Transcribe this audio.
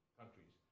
countries